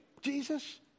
Jesus